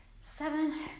seven